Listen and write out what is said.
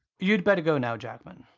you'd better go now, jackman.